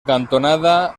cantonada